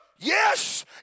Yes